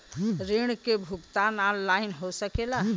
ऋण के भुगतान ऑनलाइन हो सकेला?